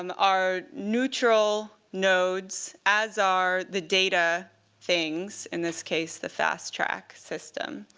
um are neutral nodes, as are the data things, in this case the fast track system.